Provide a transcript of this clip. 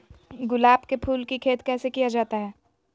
गुलाब के फूल की खेत कैसे किया जाता है?